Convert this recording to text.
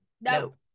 No